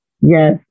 Yes